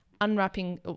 unwrapping